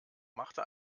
machte